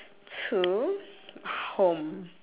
to home